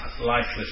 lifeless